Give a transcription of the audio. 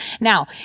Now